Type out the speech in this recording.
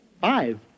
Five